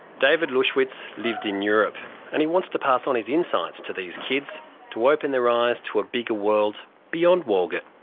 david luschwitz lived in europe and he wants to pass on his insights to these kids to open their eyes to a bigger world beyond walgett.